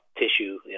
tissue